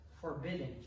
forbidden